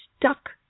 stuck